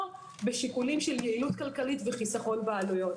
בשיקולים של יעילות כלכלית וחיסכון בעלויות.